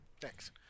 Thanks